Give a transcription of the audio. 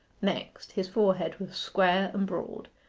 next, his forehead was square and broad,